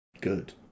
good